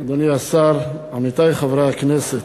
אדוני השר, עמיתי חברי הכנסת,